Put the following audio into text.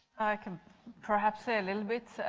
i can perhaps say a little bit.